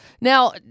Now